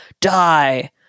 die